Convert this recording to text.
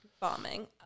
bombing